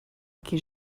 que